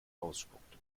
ausspuckte